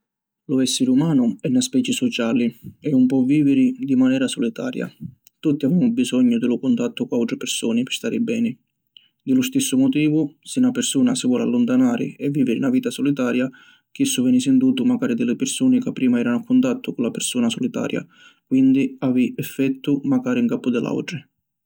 Lu essiri umanu è na speci sociali e ‘un pò viviri di manera sulitaria. Tutti avemu bisognu di lu cuntattu cu autri pirsuni pi stari beni. Di lu stissu motivu, si na pirsuna si voli alluntanari e viviri na vita sulitaria, chissu veni sintutu macari di li pirsuni ca prima eranu a cuntattu cu la pirsuna sulitaria, quindi havi effettu macari ncapu di l’autri.